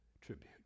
tribute